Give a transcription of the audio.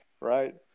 right